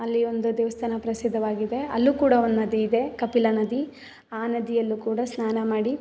ಅಲ್ಲಿ ಒಂದು ದೇವಸ್ಥಾನ ಪ್ರಸಿದ್ಧವಾಗಿದೆ ಅಲ್ಲೂ ಕೂಡ ಒಂದು ನದಿಯಿದೆ ಕಪಿಲ ನದಿ ಆ ನದಿಯಲ್ಲೂ ಕೂಡ ಸ್ನಾನ ಮಾಡಿ